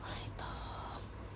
害的